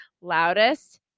Loudest